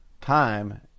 time